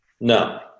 no